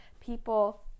people